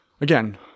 Again